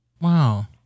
Wow